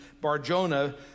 Barjona